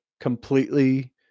completely